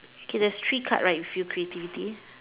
okay there's three cards right with creativity